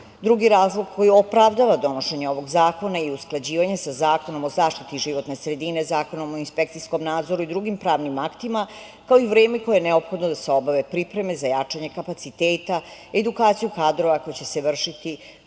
razlog koji opravdava donošenje ovog zakona je usklađivanje sa Zakonom o zaštiti životne sredine, Zakonom o inspekcijskom nadzoru i drugim pravnim aktima, kao i vreme koje je neophodno da se obave pripreme za jačanje kapaciteta, edukaciju kadrova koja će se vršiti